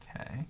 Okay